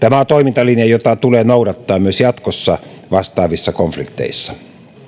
tämä on toimintalinja jota tulee noudattaa myös jatkossa vastaavissa konflikteissa